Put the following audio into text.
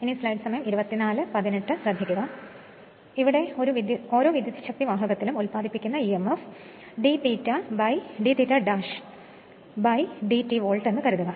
ഇപ്പോൾ ഓരോ വിദ്യൂച്ഛക്തിവാഹകത്തിലും ഉൽപാദിപ്പിക്കുന്ന emf d∅' dt വോൾട്ട് എന്ന് കരുതുക